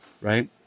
right